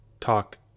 talk